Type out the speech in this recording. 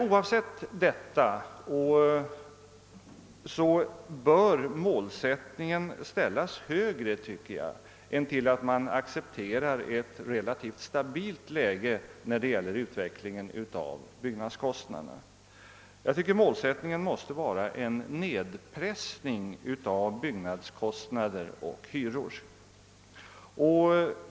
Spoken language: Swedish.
Oavsett detta bör målet sättas högre än till att man accepterar ett relativt stabilt läge när det gäller utvecklingen av byggnadskostnaderna. Målsättningen måste vara en nedpressning av byggnadskostnader och hyror.